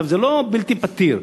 זה לא בלתי פתיר.